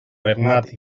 bernat